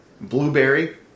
blueberry